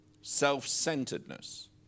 self-centeredness